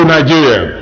Nigeria